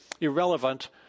irrelevant